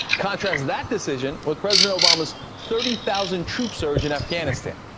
contrast that decision with president obama's thirty thousand troop surge in afghanistan.